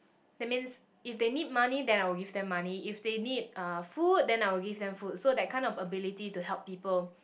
that means if they need money then I will give them money if they need uh food then I will give them food so that kind of ability to help people